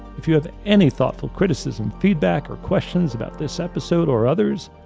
if you have any thoughtful criticism, feedback, or questions about this episode or others,